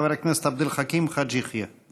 חבר הכנסת עבד אל חכים חאג' יחיא.